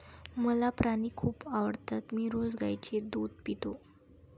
मला प्राणी खूप आवडतात मी रोज गाईचे दूध पितो